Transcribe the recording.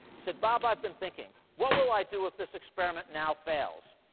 he said, bob, i've been thinking. what will i do if this experiment now fails?